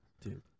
Dude